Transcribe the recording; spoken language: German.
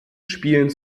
spielen